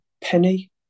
penny